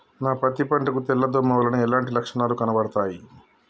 నా పత్తి పంట కు తెల్ల దోమ వలన ఎలాంటి లక్షణాలు కనబడుతాయి?